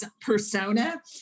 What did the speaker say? persona